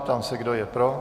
Ptám se, kdo je pro.